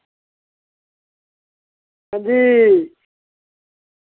अंजी